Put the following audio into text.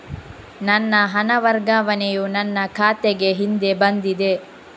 ನನ್ನ ಹಣ ವರ್ಗಾವಣೆಯು ನನ್ನ ಖಾತೆಗೆ ಹಿಂದೆ ಬಂದಿದೆ